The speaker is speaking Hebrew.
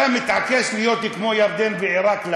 אתה מתעקש להיות כמו ירדן ועיראק.